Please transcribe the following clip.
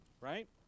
right